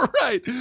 right